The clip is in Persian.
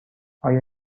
آیا